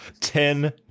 Ten